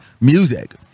music